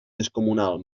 descomunal